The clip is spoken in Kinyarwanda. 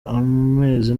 umeze